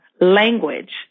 language